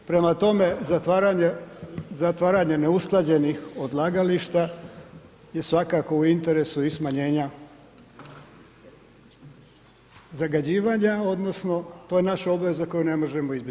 Prema tome, zatvaranje neusklađenih odlagališta je svakako u interesu i smanjenja zagađivanja odnosno to je naša obveza koju ne možemo izbjeći.